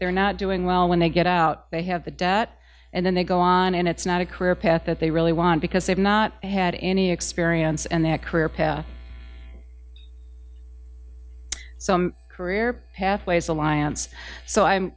they're not doing well when they get out they have the debt and then they go on and it's not a career path that they really want because they've not had any experience and their career path some career pathways alliance so i'm